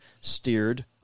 steered